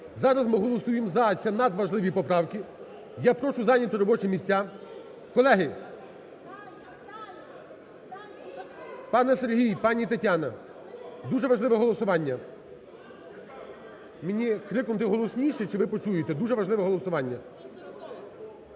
Зараз ми голосуємо "за", це надважливі поправки. Я прошу зайняти робочі місця. Колеги! Пане Сергій! Пані Тетяно! Дуже важливе голосування. Мені криком, де голосніше, чи ви почуєте? Дуже важливе голосування.